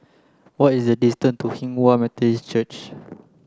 what is the distance to Hinghwa Methodist Church